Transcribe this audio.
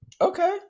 Okay